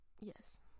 Yes